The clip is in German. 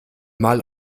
mal